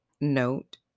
note